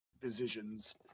decisions